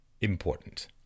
important